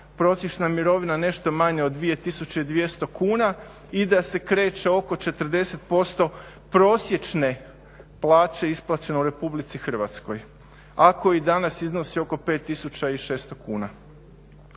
prosječna mirovina nešto manja od 2200 kuna i da se kreće oko 40% prosječne plaće isplaćene u RH, ako i danas iznosi oko 5600 kuna.